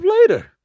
later